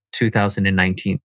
2019